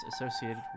associated